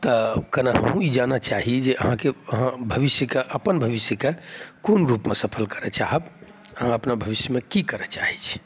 तऽ कनि ई जानऽ चाही जे अहाँके भविष्यके अपन भविष्यके कोन रूपमे सफल करऽ चाहब अहाँ अपना भविष्यमे की करऽ चाहै छी